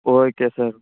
okay sir